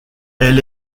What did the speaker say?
elle